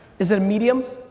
is it a medium?